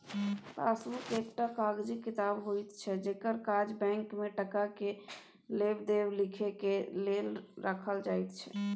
passbook एकटा कागजी किताब होइत छै जकर काज बैंक में टका के लेब देब लिखे के लेल राखल जाइत छै